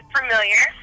familiar